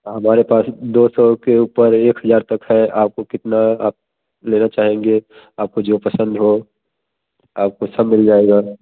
हमारे पास दो सौ के ऊपर एक हज़ार तक है आपको कितना आप लेना चाहेंगे आपको जो पसंद हो आपको सब मिल जाएगा